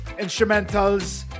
instrumentals